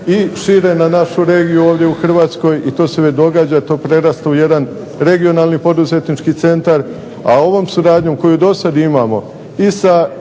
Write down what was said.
i šire na našu regiju ovdje u Hrvatskoj i to se već događa, to prerasta u jedan regionalni poduzetnički centar. A ovom suradnjom koji do sada imamo i sa